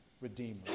Redeemer